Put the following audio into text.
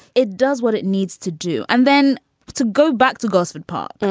it does what it needs to do. and then to go back to gosford park.